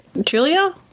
julia